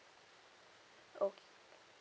okay